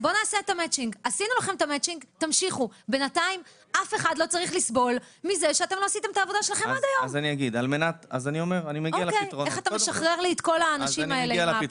השעה 09:16. אנחנו מתחילים עם הנקודה שאנחנו רוצים לקבל עליה